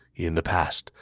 in the past,